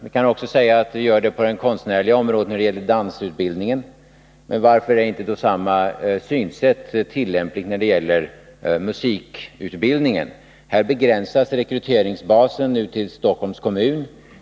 Vi kan också säga att vi gör det på det konstnärliga området när det gäller dansutbildningen. Varför är då inte samma synsätt tillämpligt när det gäller musikutbildningen? Här begränsas rekryteringsbasen till Stockholms kommun.